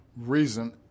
reason